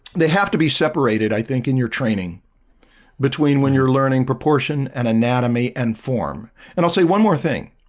they have to be separated i think in your training between when you're learning proportion and anatomy and form and i'll say one more thing